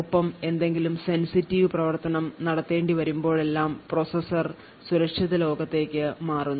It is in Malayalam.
ഒപ്പം എന്തെങ്കിലും സെൻസിറ്റീവ് പ്രവർത്തനം നടത്തേണ്ടി വരുമ്പോഴെല്ലാം പ്രോസസർ സുരക്ഷിത ലോകത്തേക്ക് മാറുന്നു